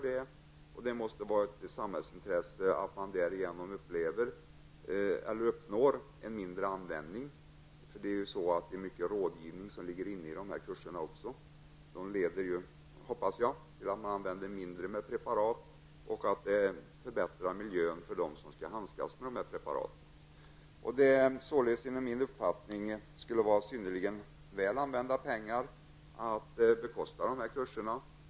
Det måste också vara i samhällets intresse att vi därigenom uppnår en mindre användning av bekämpningsmedel. Det ingår ju mycket rådgivning i kurserna. De leder, hoppas jag, till att man använder färre preparat och att miljön förbättras för dem som skall handskas med dessa preparat. Det skulle enligt min uppfattning vara synnerligen väl använda pengar att bekosta dessa kurser.